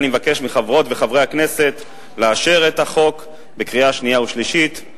אני מבקש מחברות וחברי הכנסת לאשר את החוק בקריאה שנייה ובקריאה שלישית.